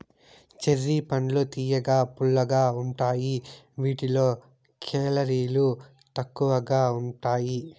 cherry పండ్లు తియ్యగా, పుల్లగా ఉంటాయి వీటిలో కేలరీలు తక్కువగా ఉంటాయి